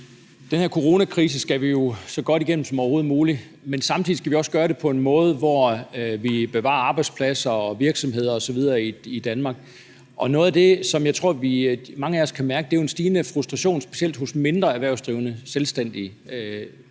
Den her coronakrise skal vi jo så godt igennem som overhovedet muligt, men samtidig skal vi også gøre det på en måde, hvor vi bevarer arbejdspladser og virksomheder osv. i Danmark. Og noget af det, som jeg tror mange af os kan mærke, er en stigende frustration, specielt hos mindre erhvervsdrivende, små selvstændige,